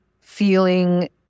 feeling